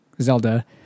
Zelda